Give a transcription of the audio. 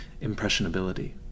impressionability